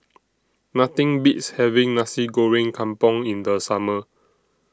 Nothing Beats having Nasi Goreng Kampung in The Summer